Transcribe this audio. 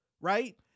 right